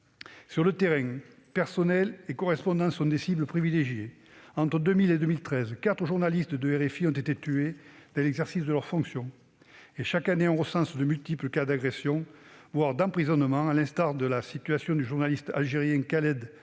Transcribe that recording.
Sur le terrain, personnels et correspondants sont des cibles privilégiées. Entre 2000 et 2013, quatre journalistes de Radio France internationale (RFI) ont été tués dans l'exercice de leurs fonctions. Et chaque année, on recense de multiples cas d'agressions, voire d'emprisonnements, à l'instar de la situation du journaliste algérien Khaled Drareni,